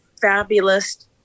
fabulous